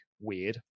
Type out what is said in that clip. weird